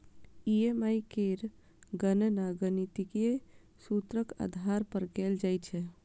EMI केर गणना गणितीय सूत्रक आधार पर कैल जाइ छै